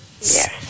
Yes